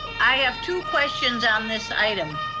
i have two questions on this item.